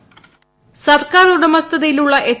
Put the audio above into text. voice സർക്കാർ ഉടമസ്ഥതയിലുള്ള H